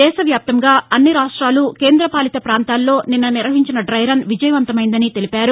దేశవ్యాప్తంగా అన్ని రాష్ట్రెలు కేంద్రపాలిత పాంతాల్లో నిస్న నిర్వహించిన డై రన్ విజయవంతమైందని తెలిపారు